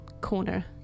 corner